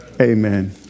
Amen